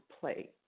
play